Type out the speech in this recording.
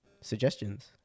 suggestions